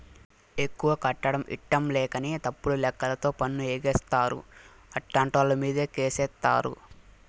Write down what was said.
ఎక్కువ కట్టడం ఇట్టంలేకనే తప్పుడు లెక్కలతో పన్ను ఎగేస్తారు, అట్టాంటోళ్ళమీదే కేసేత్తారు